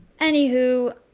Anywho